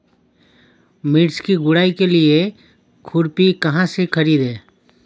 मिर्च की गुड़ाई के लिए खुरपी कहाँ से ख़रीदे?